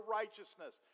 righteousness